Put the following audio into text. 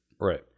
Right